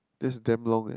that's damn long eh